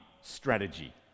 strategy